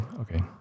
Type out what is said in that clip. Okay